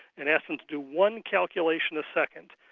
and asked them to do one calculation a second,